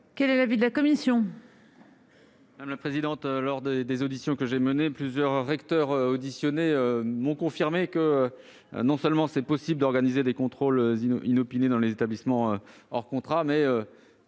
Quel est l'avis de la commission